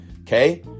Okay